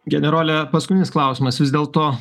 generole paskutinis klausimas vis dėlto